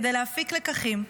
כדי להפיק לקחים,